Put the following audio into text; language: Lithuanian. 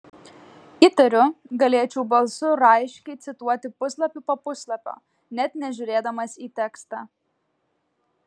įtariu galėčiau balsu raiškiai cituoti puslapį po puslapio net nežiūrėdama į tekstą